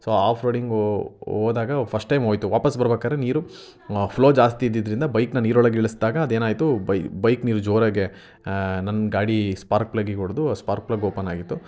so offroading ಹೋದಾಗ first time ಹೋಯ್ತು ವಾಪಸ್ ಬರ್ಬೇಕಾದ್ರೆ ನೀರು ಫ್ಲೋ ಜಾಸ್ತಿ ಇದ್ದಿದ್ದರಿಂದ ಬೈಕ್ನ ನೀರೊಳಗೆ ಇಳಿಸ್ದಾಗ ಅದು ಏನಾಯಿತು ಬೈಕ್ ನೀರು ಜೋರಾಗಿ ನಾನು ಗಾಡಿ ಸ್ಪಾರ್ಕ್ ಪ್ಲಗ್ಗಿಗೆ ಹೊಡೆದು ಸ್ಪಾರ್ಕ್ ಪ್ಲಗ್ ಓಪನ್ ಆಗಿತ್ತು